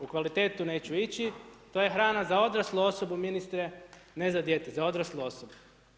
U kvalitetu neću ići, to je hrana za odraslu osobu ministre, za dijete, za odraslu osobu.